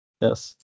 Yes